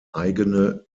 eigene